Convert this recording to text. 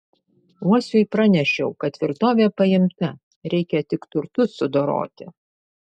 uosiui pranešiau kad tvirtovė paimta reikia tik turtus sudoroti